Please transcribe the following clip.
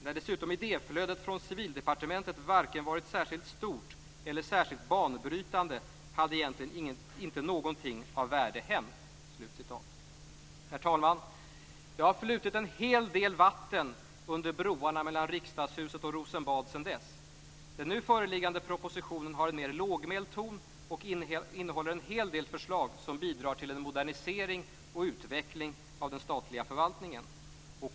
- När dessutom idéflödet från civildepartementet varken varit särskilt stort eller särskilt banbrytande, hade egentligen inte någonting av värde hänt." Det har flutit en hel del vatten under broarna mellan Riksdagshuset och Rosenbad sedan dess. Den nu föreliggande propositionen har en mer lågmäld ton och innehåller en hel del förslag som bidrar till en modernisering och utveckling av den statliga förvaltningen.